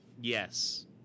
yes